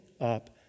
up